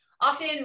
often